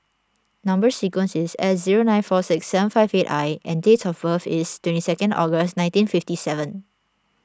Number Sequence is S zero nine four six seven five eight I and date of birth is twenty second August nineteen fifty seven